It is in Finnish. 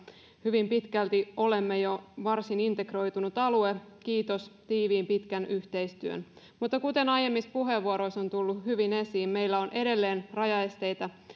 hyvin pitkälti olemme jo varsin integroitunut alue kiitos tiiviin pitkän yhteistyön mutta kuten aiemmissa puheenvuoroissa on tullut hyvin esiin meillä on edelleen rajaesteitä